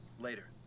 later